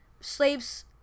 slaves